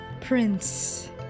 Prince